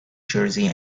jersey